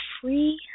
free